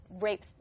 rape